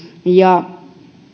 ja